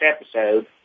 episode